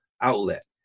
outlet